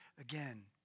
again